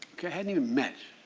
haven't even met.